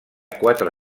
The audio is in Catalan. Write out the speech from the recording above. quatre